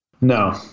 no